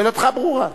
שאלתך ברורה.